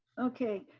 okay,